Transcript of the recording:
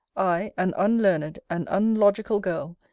i, an unlearned, an unlogical girl,